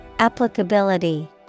Applicability